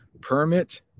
Permit